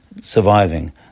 surviving